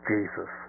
Jesus